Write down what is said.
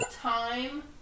time